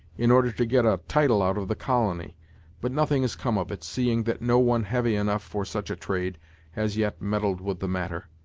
in order to get a title out of the colony but nothing has come of it, seeing that no one heavy enough for such a trade has yet meddled with the matter.